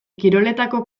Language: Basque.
kiroletako